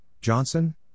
Johnson